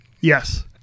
Yes